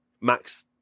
Max